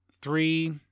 Three